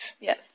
Yes